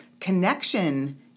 connection